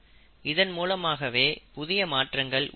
இதன் மூலமாகவே புதிய மாற்றங்கள் உருவாகும்